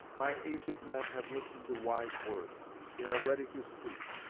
my aged men have listened to wise words they are ready to speak.